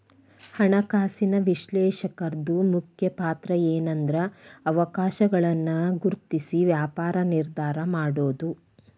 ಹಣಕಾಸಿನ ವಿಶ್ಲೇಷಕರ್ದು ಮುಖ್ಯ ಪಾತ್ರಏನ್ಂದ್ರ ಅವಕಾಶಗಳನ್ನ ಗುರ್ತ್ಸಿ ವ್ಯಾಪಾರ ನಿರ್ಧಾರಾ ಮಾಡೊದು